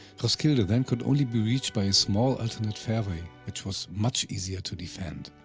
roskilde then could only be reached by a small alternate fairway, which was much easier to defend.